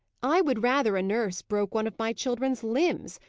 i would rather a nurse broke one of my children's limbs,